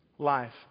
life